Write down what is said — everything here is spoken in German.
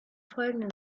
folgenden